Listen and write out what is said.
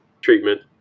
treatment